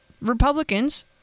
Republicans